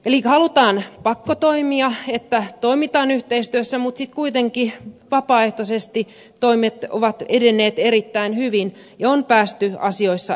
eli halutaan pakkotoimia että toimitaan yhteistyössä mutta sitten kuitenkin vapaaehtoiset toimet ovat edenneet erittäin hyvin ja on päästy asioissa eteenpäin